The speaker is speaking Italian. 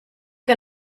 che